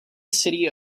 city